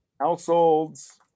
households